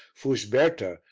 fusberta,